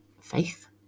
faith